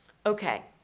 okay,